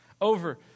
over